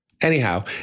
Anyhow